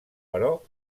però